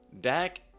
Dak